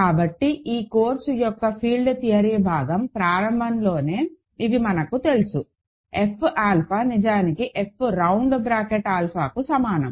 కాబట్టి ఈ కోర్సు యొక్క ఫీల్డ్ థియరీ భాగం ప్రారంభంలోనే ఇవి మనకు తెలుసు F ఆల్ఫా నిజానికి F రౌండ్ బ్రాకెట్ ఆల్ఫాకు సమానం